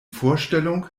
vorstellung